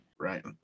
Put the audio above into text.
right